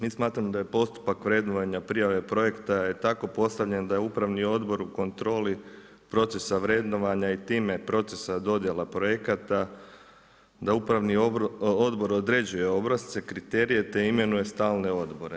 Mi smatramo da je postupak vrednovanja prijave projekta je tako postavljen da je upravni odbor u kontroli procesa vrednovanja i time procesa dodjela projekata da upravni odbor određuje obrasce, kriterije te imenuje stalne odbora.